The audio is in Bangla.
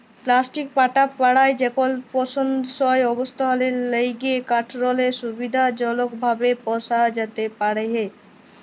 পেলাস্টিক পাটা পারায় যেকল পসন্দসই অবস্থালের ল্যাইগে কাঠেরলে সুবিধাজলকভাবে বসা যাতে পারহে